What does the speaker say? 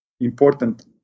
important